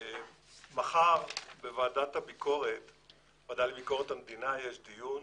מחר בוועדה לביקורת המדינה יש דיון,